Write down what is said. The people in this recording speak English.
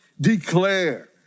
declare